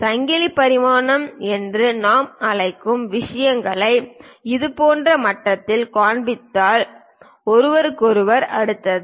சங்கிலி பரிமாணம் என்று நாம் அழைக்கும் விஷயங்களை இதுபோன்ற மட்டத்தில் காண்பித்தால் ஒருவருக்கொருவர் அடுத்தது